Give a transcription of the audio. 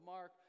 Mark